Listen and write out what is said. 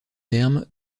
termes